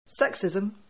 Sexism